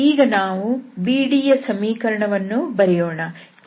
ಈಗ ನಾವು BDಯ ಸಮೀಕರಣನ್ನೂ ಬರೆಯೋಣ